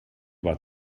war